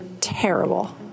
terrible